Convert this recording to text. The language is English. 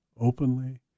openly